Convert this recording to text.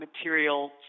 material